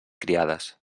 criades